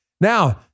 Now